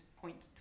point